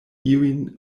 iujn